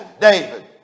David